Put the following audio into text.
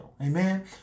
amen